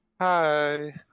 Hi